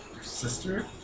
Sister